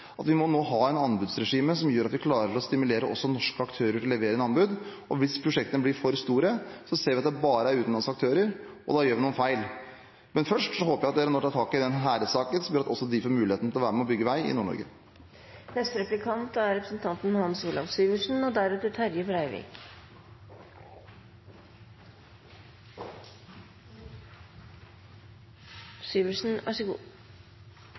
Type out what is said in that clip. Det vi er opptatt av i vårt budsjett, er at vi må ha et anbudsregime som gjør at vi klarer å stimulere også norske aktører til å levere inn anbud. Hvis prosjektene blir for store, ser vi at det bare er utenlandske aktører. Da gjør vi noe feil. Men først håper jeg at man nå tar tak i Hæhre-saken, slik at også de får mulighet til å være med og bygge vei i